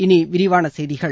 இனிவிரிவானசெய்திகள்